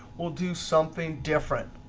we'll do something different.